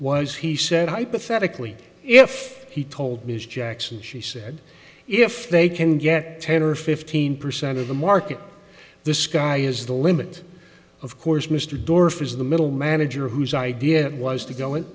was he said hypothetically if he told ms jackson she said if they can get ten or fifteen percent of the market the sky is the limit of course mr door for the middle manager whose idea it was to go